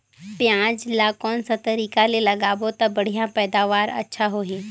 पियाज ला कोन सा तरीका ले लगाबो ता बढ़िया पैदावार अच्छा होही?